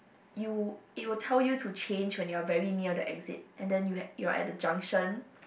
you it will tell you to change when you're very near the exit and then you you're at the junction